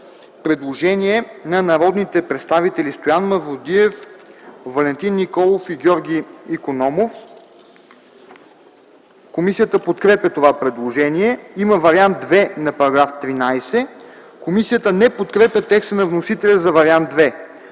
предложение от народните представители Стоян Мавродиев, Валентин Николов и Георги Икономов. Комисията подкрепя предложението. Има Вариант ІІ на § 13. Комисията не подкрепя текста на вносителя за Вариант ІІ.